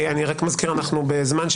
אני רק מזכיר שאנחנו בזמן,